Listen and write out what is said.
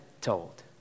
told